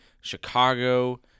Chicago